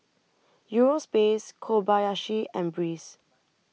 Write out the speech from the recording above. Eurospace Kobayashi and Breeze